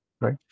right